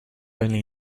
only